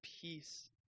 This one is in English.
peace